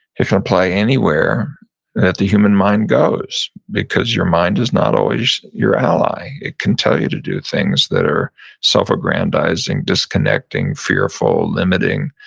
it can apply anywhere that the human mind goes. because your mind is not always your ally, it can tell you to do things that are self-aggrandizing, disconnecting, fearful, limiting,